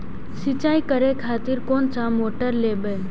सीचाई करें खातिर कोन सा मोटर लेबे?